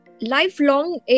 lifelong